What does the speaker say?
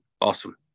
awesome